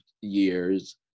years